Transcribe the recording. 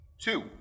Two